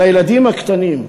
לילדים הקטנים.